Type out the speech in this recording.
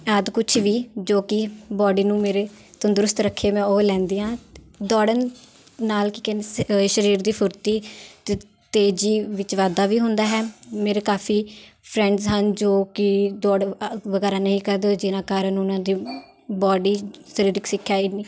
ਆਦਿ ਕੁਛ ਵੀ ਜੋ ਕਿ ਬੋਡੀ ਨੂੰ ਮੇਰੇ ਤੰਦਰੁਸਤ ਰੱਖੇ ਮੈਂ ਉਹ ਲੈਂਦੀ ਹਾਂ ਦੌੜਨ ਨਾਲ ਕੀ ਕਹਿੰਦੇ ਸਰੀਰ ਦੀ ਫੁਰਤੀ ਅਤੇ ਤੇਜੀ ਵਿੱਚ ਵਾਧਾ ਵੀ ਹੁੰਦਾ ਹੈ ਮੇਰੇ ਕਾਫੀ ਫਰੈਂਡਸ ਹਨ ਜੋ ਕਿ ਦੌੜ ਅ ਵਗੈਰਾ ਨਹੀਂ ਕਰਦੇ ਜਿਹਨਾਂ ਕਾਰਨ ਉਹਨਾਂ ਦੀ ਬੋਡੀ ਸਰੀਰਿਕ ਸਿੱਖਿਆ ਇੰਨੀ